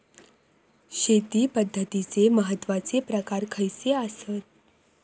शेती पद्धतीचे महत्वाचे प्रकार खयचे आसत?